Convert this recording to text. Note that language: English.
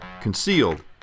concealed